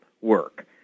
work